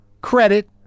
credit